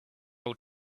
all